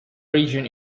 region